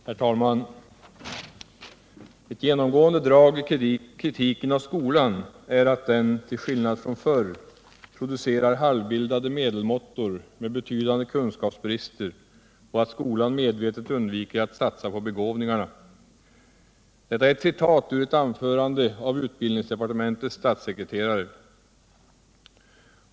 Herr talman! ”Ett genomgående drag i kritiken av skolan är att den — till skillnad från förr — producerar halvbildade medelmåttor med betydande kunskapsbrister och att skolan medvetet undviker att satsa på begåvningarna.” Detta är ett citat ur ett anförande av utbildningsdepartementets statssekreterare.